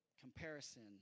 comparison